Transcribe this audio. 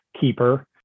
keeper